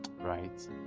right